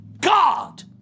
God